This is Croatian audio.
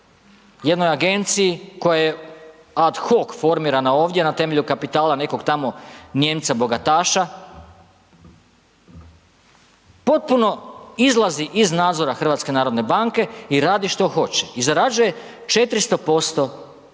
jednoj agenciji koja je ad hoc formirana ovdje na temelju kapitala nekog tamo Nijemca bogataša, potpuno izlazi iz nadzora HNB-a i radi što hoće i zarađuje 400% na